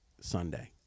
Sunday